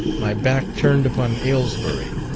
my back turned upon aylesbury,